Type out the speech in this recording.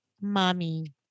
mommy